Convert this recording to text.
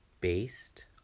based